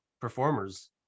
performers